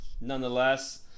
nonetheless